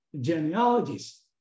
genealogies